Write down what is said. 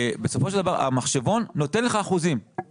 בסופו של דבר המחשבון נותן לך אחוזים,